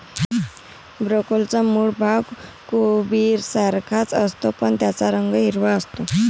ब्रोकोलीचा मूळ भाग कोबीसारखाच असतो, पण त्याचा रंग हिरवा असतो